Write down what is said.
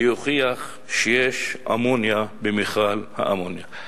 להוכיח שיש אמוניה במכל האמוניה".